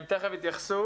הם תיכף יתייחסו.